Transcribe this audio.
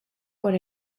por